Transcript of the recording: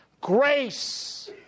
grace